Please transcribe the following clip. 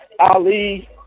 Ali